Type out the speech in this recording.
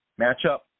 matchup